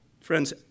Friends